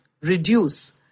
reduce